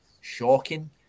shocking